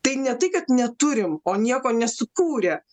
tai ne tai kad neturim o nieko nesukūrė